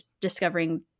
discovering